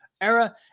era